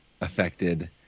affected